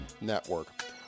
Network